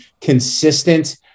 consistent